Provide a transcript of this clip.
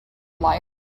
liar